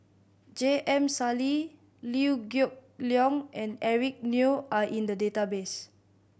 J M Sali Liew Geok Leong and Eric Neo are in the database